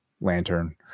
lantern